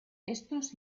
estos